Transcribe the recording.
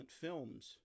films